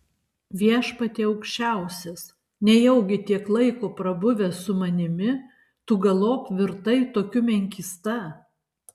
viešpatie aukščiausias nejaugi tiek laiko prabuvęs su manimi tu galop virtai tokiu menkysta